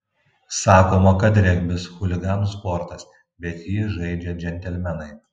sakoma kad regbis chuliganų sportas bet jį žaidžia džentelmenai